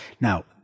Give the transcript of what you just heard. Now